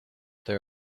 there